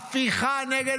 הפיכה נגד